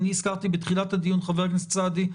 אני הזכרתי בתחילת הדיון חבר הכנסת סעדי,